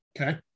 Okay